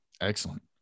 Excellent